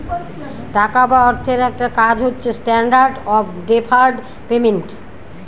টাকা বা অর্থের একটা কাজ হচ্ছে স্ট্যান্ডার্ড অফ ডেফার্ড পেমেন্ট